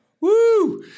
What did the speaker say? Woo